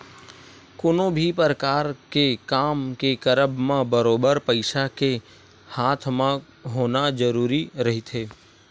कोनो भी परकार के काम के करब म बरोबर पइसा के हाथ म होना जरुरी रहिथे